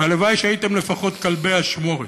הלוואי שהייתם לפחות "כלבי אשמורת".